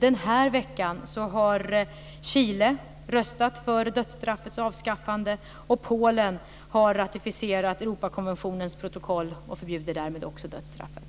Den här veckan har Chile röstat för dödsstraffets avskaffande, och Polen har ratificerat Europakonventionens protokoll och förbjuder därmed också dödsstraffet.